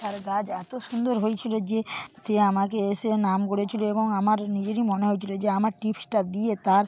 তার গাছ এত সুন্দর হয়েছিলো যে সে আমাকে এসে নাম করেছিলো এবং আমার নিজেরই মনে হয়েছিলো যে আমার টিপসটা দিয়ে তার